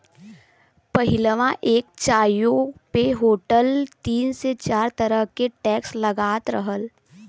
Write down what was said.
पहिलवा एक चाय्वो पे होटल तीन से चार तरह के टैक्स लगात रहल